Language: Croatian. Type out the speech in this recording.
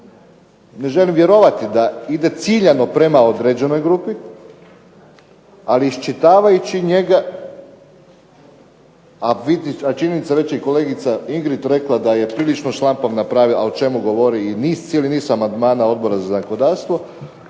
ne želim vjerovati da ide ciljano prema određenoj grupi, ali iščitavajući njega a činjenica je već je kolega Ingrid rekla daje prilično šlampavo napravljen, a o čemu govori i cijeli niz amandmana Odbora za zakonodavstvo,